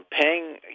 paying